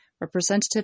representative